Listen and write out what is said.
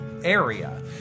area